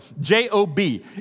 J-O-B